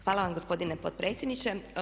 Hvala vam gospodine potpredsjedniče.